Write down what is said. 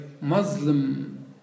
Muslim